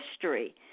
history